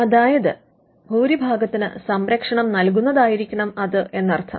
അതായത് ഭുരിഭാഗത്തിന് സംരക്ഷണം നല്കുന്നതായിരിക്കണം അത് എന്നർത്ഥം